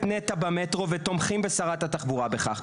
נת"ע במטרו ותומכים בשרת התחבורה בכך,